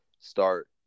start